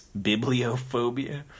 bibliophobia